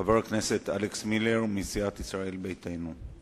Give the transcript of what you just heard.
חבר הכנסת אלכס מילר מסיעת ישראל ביתנו.